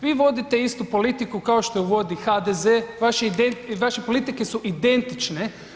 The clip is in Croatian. Vi vodite istu politiku kao što ju vodi HDZ, vaše politike su identične.